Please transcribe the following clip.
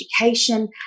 education